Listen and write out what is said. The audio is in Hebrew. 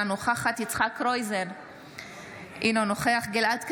אינה נוכחת יצחק קרויזר, אינו נוכח גלעד קריב,